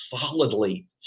solidly